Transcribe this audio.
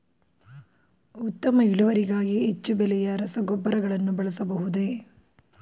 ಉತ್ತಮ ಇಳುವರಿಗಾಗಿ ಹೆಚ್ಚು ಬೆಲೆಯ ರಸಗೊಬ್ಬರಗಳನ್ನು ಬಳಸಬಹುದೇ?